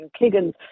Kiggins